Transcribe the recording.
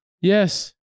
yes